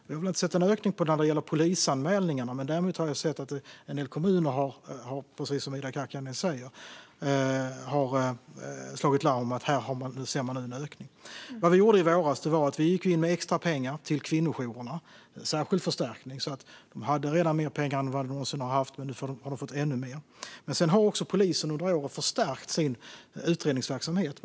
Vi har inte sett någon ökning när det gäller polisanmälningarna, men däremot har vi sett att en del kommuner, precis som Ida Karkiainen säger, har slagit larm om att de nu ser en ökning. Vad vi gjorde i våras var att gå in med extra pengar till kvinnojourerna som en särskild förstärkning. De hade redan mer pengar än vad de någonsin har haft, och nu har de fått ännu mer. Sedan har också polisen under året förstärkt sin utredningsverksamhet.